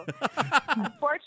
Unfortunately